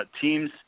Teams